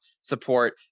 support